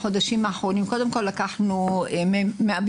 בחודשים האחרונים קודם כל לקחנו --- יפתח,